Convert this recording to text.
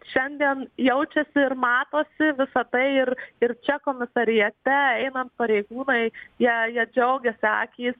šiandien jaučiasi ir matosi visa tai ir ir čia komisariate einant pareigūnai jei jie džiaugiasi akys